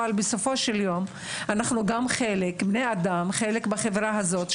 אבל בסופו של יום אנחנו גם חלק מן החברה הזאת.